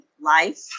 life